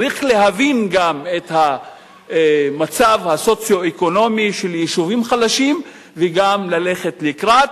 צריך להבין גם את המצב הסוציו-אקונומי של יישובים חלשים וגם ללכת לקראת.